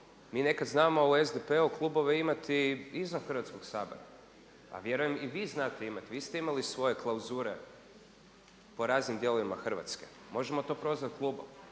Mi nekad znamo u SDP-u klubove imati i izvan Hrvatskog sabora, a vjerujem i vi znate imati, i vi te imali svoje klauzure po raznim dijelovima Hrvatske. Možemo to prozvati klubom.